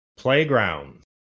Playground